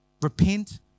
repent